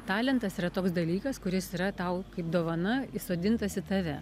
talentas yra toks dalykas kuris yra tau kaip dovana įsodintas į tave